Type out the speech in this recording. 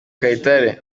kayitare